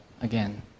again